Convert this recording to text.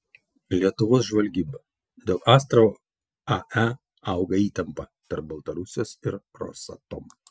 lietuvos žvalgyba dėl astravo ae auga įtampa tarp baltarusijos ir rosatom